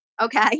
okay